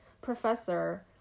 professor